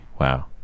wow